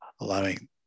allowing